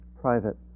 private